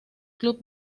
club